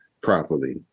properly